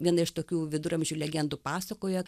viena iš tokių viduramžių legendų pasakoja